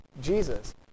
Jesus